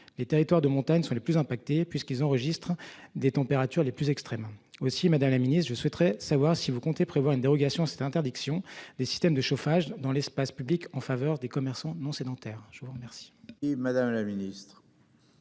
les territoires de montagne sont les plus impactées puisqu'ils enregistrent des températures les plus extrêmes aussi Madame la Ministre je souhaiterais savoir si vous comptez prévoit une dérogation c'était interdiction des systèmes de chauffage dans l'espace public en faveur des commerçants non sédentaires. Je vous remercie.